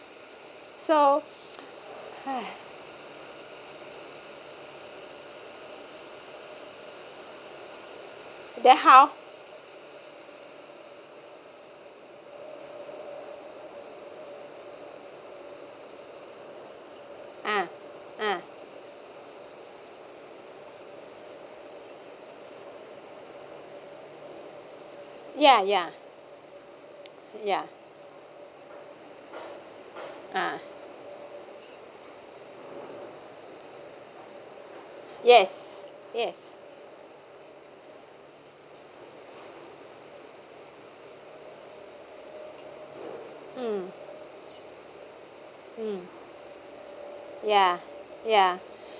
so then how uh uh ya ya ya uh yes yes mm mm ya ya